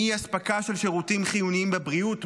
מאספקה של שירותים חיוניים בבריאות,